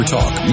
Talk